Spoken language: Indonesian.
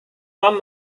tom